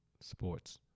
Sports